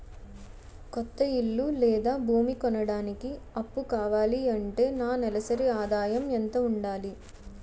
కొత్త ఇల్లు లేదా భూమి కొనడానికి అప్పు కావాలి అంటే నా నెలసరి ఆదాయం ఎంత ఉండాలి?